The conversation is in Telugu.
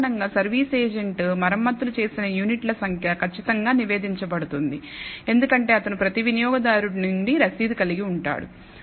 సాధారణంగా సర్వీస్ ఏజెంట్ మరమ్మతులు చేసిన యూనిట్ల సంఖ్య ఖచ్చితంగా నివేదించబడుతుంది ఎందుకంటే అతను ప్రతి వినియోగదారుడు నుండి రశీదు కలిగి ఉంటాడు